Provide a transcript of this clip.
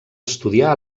estudiar